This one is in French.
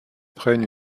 prennent